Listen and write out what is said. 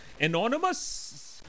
Anonymous